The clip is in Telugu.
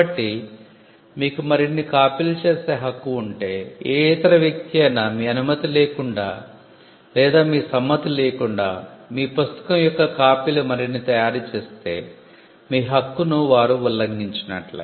కాబట్టి మీకు మరిన్ని కాపీలు చేసే హక్కు ఉంటే ఏ ఇతర వ్యక్తి అయినా మీ అనుమతి లేకుండా లేదా మీ సమ్మతి లేకుండా మీ పుస్తకం యొక్క కాపీలు మరిన్ని తయారుచేస్తే మీ హక్కును వారు ఉల్లంఘించినట్లే